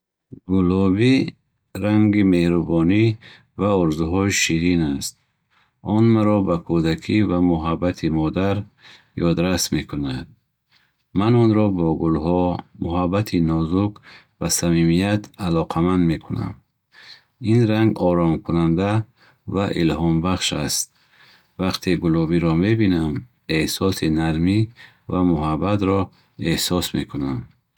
Гулобӣ ранги меҳрубонӣ ва орзуҳои ширин аст. Он маро ба кӯдакӣ ва муҳаббати модар ёдрас мекунад. Ман онро бо гулҳо, муҳаббати нозук ва самимият алоқаманд мекунам. Ин ранг оромкунанда ва илҳомбахш аст. Вақте гулобиро мебинам, эҳсоси нармӣ ва муҳаббатро эҳсос мекунам.